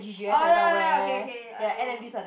oh ya ya okay okay I know